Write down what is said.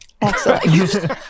Excellent